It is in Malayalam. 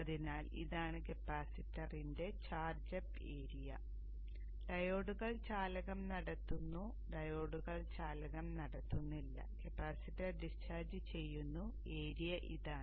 അതിനാൽ ഇതാണ് കപ്പാസിറ്ററിന്റെ ചാർജ് അപ്പ് ഏരിയ ഡയോഡുകൾ ചാലകം നടത്തുന്നു ഡയോഡുകൾ ചാലകം നടത്തുന്നില്ല കപ്പാസിറ്റർ ഡിസ്ചാർജ് ചെയ്യുന്നു ഏരിയ ഇതാണ്